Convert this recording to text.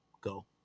go